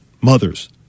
Mothers